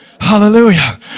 Hallelujah